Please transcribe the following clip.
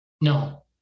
no